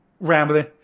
rambling